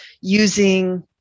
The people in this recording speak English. using